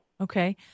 Okay